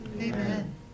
Amen